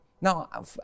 Now